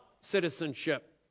citizenship